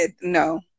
No